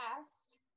asked